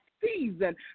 season